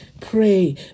pray